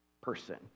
person